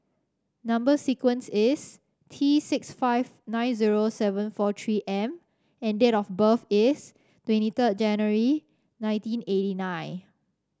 number sequence is T six five nine zero seven four three M and date of birth is twenty third January nineteen eighty nine